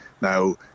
Now